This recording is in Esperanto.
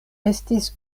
estis